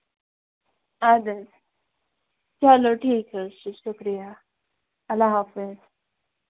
اَدٕ حظ چَلو ٹھیٖک حظ چھُ شُکرِیہ اللہ حافِظ